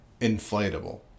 inflatable